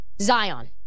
Zion